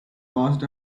caused